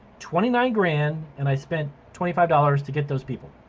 twenty nine grand and i spent twenty five dollars to get those people,